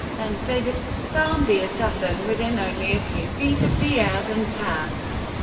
and they disarmed the assassin within only a few feet of diaz and taft.